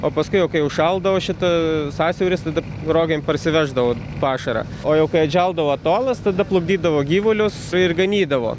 o paskui jau kai užšaldavo šita sąsiauris tada rogėm parsiveždavo pašarą o jau kai atželdavo atolas tada plukdydavo gyvulius ir ganydavo